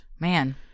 Man